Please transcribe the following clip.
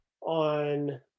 on